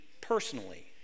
personally